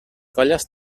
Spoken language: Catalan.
colles